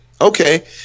Okay